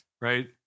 right